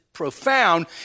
profound